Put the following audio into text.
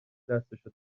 دستشو